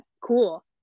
cool